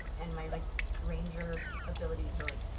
and my like ranger ability to like